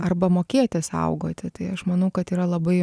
arba mokėti saugoti tai aš manau kad yra labai